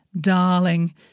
darling